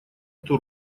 эту